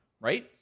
right